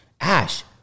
Ash